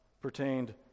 pertained